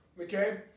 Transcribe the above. Okay